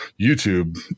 YouTube